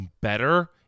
better